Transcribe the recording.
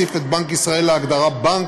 להוסיף את בנק ישראל להגדרה "בנק",